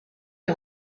les